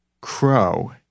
crow